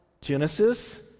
Genesis